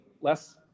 less